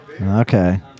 Okay